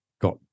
got